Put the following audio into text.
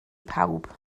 pawb